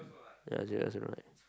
ya Xavier also don't like